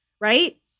Right